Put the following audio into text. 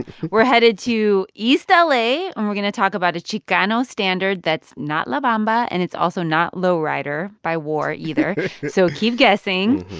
we're headed to east ah la, and um we're going to talk about a chicano standard that's not la bamba, and it's also not low rider by war either so keep guessing.